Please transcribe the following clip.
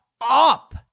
up